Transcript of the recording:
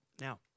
Now